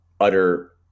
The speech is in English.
utter